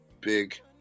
big